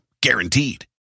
guaranteed